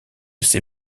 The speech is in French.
ses